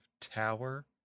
tower